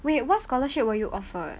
wait what scholarship were you offered